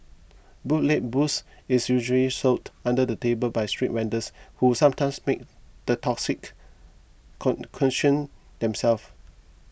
bootleg booze is usually sold under the table by street vendors who sometimes make the toxic concoction themselves